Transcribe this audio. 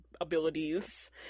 abilities